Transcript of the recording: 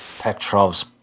Petrov's